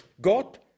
God